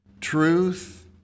truth